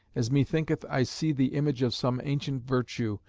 as methinketh i see the image of some ancient virtue,